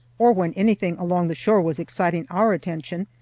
or when anything along the shore was exciting our attention,